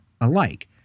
alike